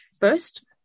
first